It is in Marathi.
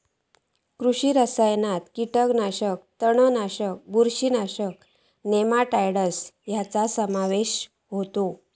कृषी रसायनात कीटकनाशका, तणनाशका, बुरशीनाशका, नेमाटाइड्स ह्यांचो समावेश होता